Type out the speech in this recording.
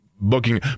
booking